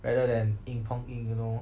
rather than 硬碰硬 you know